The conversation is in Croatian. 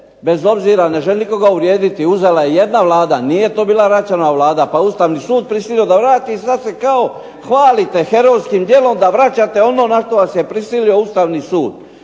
bez obzira, ne želim nikoga uvrijediti, uzela je jedna Vlada, nije to bila Račanova Vlada pa je Ustavni sud prisilio da vrati i sad se kao hvalite herojskim djelom da vraćate ono na što vas je prisilio Ustavni sud.